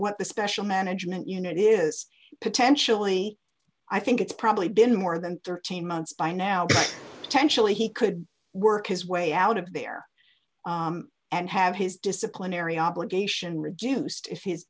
what the special management unit is potentially i think it's probably been more than thirteen months by now attention he could work his way out of there and have his disciplinary obligation reduced if his